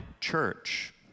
church